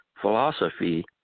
philosophy